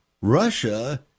Russia